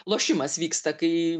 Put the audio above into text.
lošimas vyksta kai